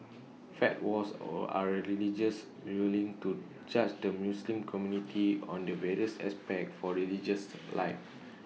fatwas all are religious rulings to just the Muslim community on the various aspects for religious life